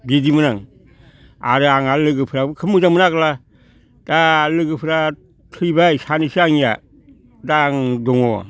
बिदिमोन आं आरो आंना लोगोफ्राबो खोब मोजांमोन आगोलो दा लोगोफ्रा थैबाय सानैसो आंनिया दा आं दङ